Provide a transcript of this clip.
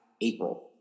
April